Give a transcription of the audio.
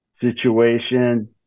situation